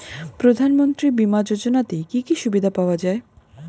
প্রধানমন্ত্রী বিমা যোজনাতে কি কি সুবিধা পাওয়া যায়?